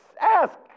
ask